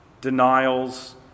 denials